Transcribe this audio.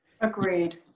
Agreed